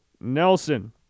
Nelson